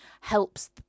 helps